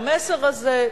המסר הזה,